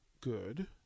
good